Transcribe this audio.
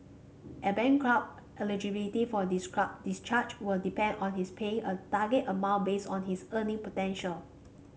a bankrupt eligibility for discharge will depend on his paying a target amount based on his earning potential